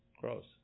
gross